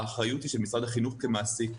האחריות היא של משרד החינוך כמעסיק.